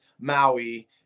maui